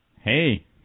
Hey